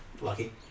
Lucky